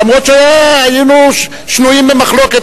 למרות שהיינו שנויים במחלוקת.